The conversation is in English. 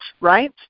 right